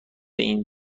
این